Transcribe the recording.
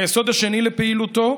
היסוד השני לפעילותו,